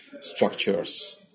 structures